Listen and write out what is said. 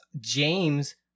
James